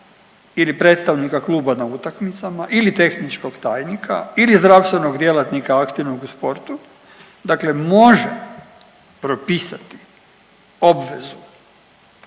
ili predstavnika kluba na utakmicama ili tehničkog tajnika ili zdravstvenog djelatnika aktivnog u sportu. Dakle, može propisati obvezu